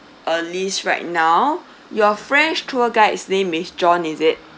a list right now your french tour guide's name is john is it